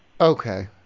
Okay